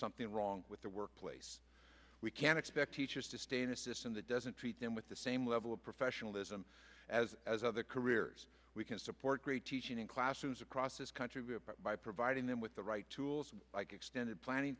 something wrong with the workplace we can expect teachers to stay in a system that doesn't treat them with the same level of professionalism as as other careers we can support great teaching in classrooms across this country by providing them with the right tools like extended planning